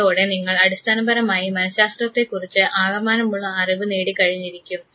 ഇതോടെ നിങ്ങൾ അടിസ്ഥാനപരമായി മനഃശാസ്ത്രത്തെക്കുറിച്ച് ആകമാനമുള്ള അറിവ് നേടിക്കഴിഞ്ഞിരിക്കും